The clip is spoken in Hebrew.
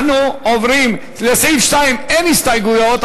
לסעיף 2 אין הסתייגויות,